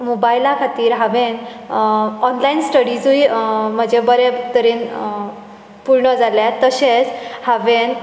मोबायला खातीर हांवें ऑनलायन स्टडिजूय म्हजें बरें तरेन पूर्ण जाल्ल्यात तशेंच हांवें